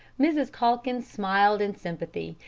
mrs. calkins smiled in sympathy,